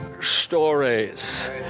stories